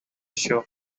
show